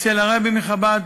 אצל הרעבע מחב"ד,